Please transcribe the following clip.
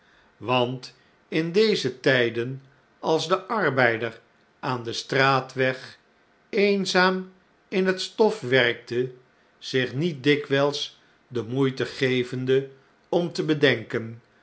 want in deze tijden als de arbeider aan den straatweg eenzaam in het stof we rkte zich niet dikwijls de moeite gevende om te bedenken